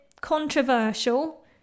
controversial